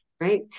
Right